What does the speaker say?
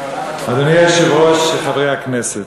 אדוני היושב-ראש, חברי הכנסת,